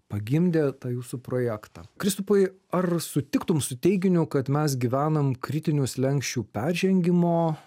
pagimdė tą jūsų projektą kristupai ar sutiktum su teiginiu kad mes gyvenam kritinių slenksčių peržengimo